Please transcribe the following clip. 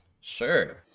sure